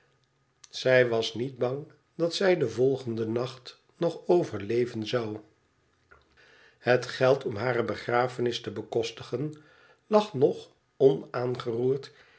zij was niet bang dat zij den volgenden nacht nog overleven zou het geld om hare beafenis te bekostigen lag nog